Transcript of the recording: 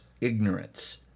ignorance